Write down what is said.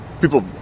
people